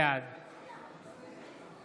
בעד